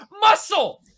muscle